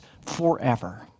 forever